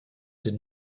did